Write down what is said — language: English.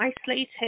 isolated